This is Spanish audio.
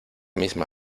misma